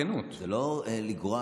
בכנות, זה לא לגרוע.